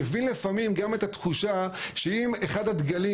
מבין לפעמים גם את התחושה שאם אחד הדגלים